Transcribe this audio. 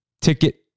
ticket